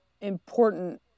important